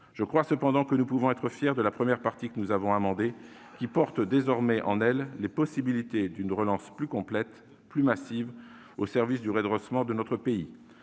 Je crois, cependant, que nous pouvons être fiers de la première partie ainsi amendée. Elle prévoit les possibilités d'une relance plus complète et plus massive au service du redressement de notre pays.